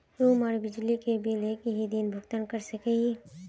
Room आर बिजली के बिल एक हि दिन भुगतान कर सके है?